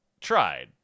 tried